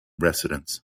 residents